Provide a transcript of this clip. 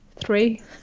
three